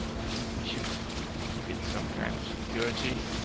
i think we should give it some kind of security.